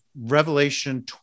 revelation